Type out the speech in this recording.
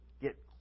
get